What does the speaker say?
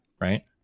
right